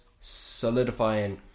solidifying